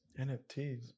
nfts